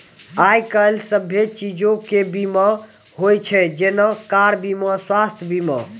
आइ काल्हि सभ्भे चीजो के बीमा होय छै जेना कार बीमा, स्वास्थ्य बीमा